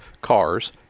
cars